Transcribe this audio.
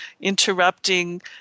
interrupting